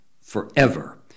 forever